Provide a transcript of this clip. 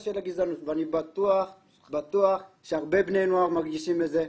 של הגזענות ואני בטוח שהרבה בני נוער מרגישים את זה,